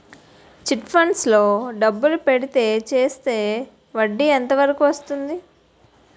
Chit funds లో డబ్బులు పెడితే చేస్తే వడ్డీ ఎంత వరకు వస్తుంది?